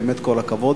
באמת כל הכבוד.